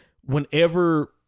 whenever